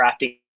crafting